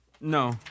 No